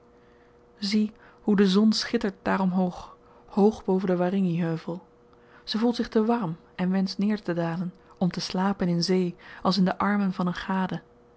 zie hoe de zon schittert daar omhoog hoog boven den waringi heuvel ze voelt zich te warm en wenscht neertedalen om te slapen in zee als in de armen van een gade